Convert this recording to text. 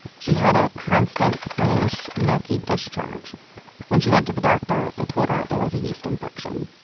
she had a constant greenish milky discharge when she went to the doctor, they told her it was a yeast infection.